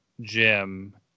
Jim